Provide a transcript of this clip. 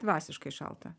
dvasiškai šalta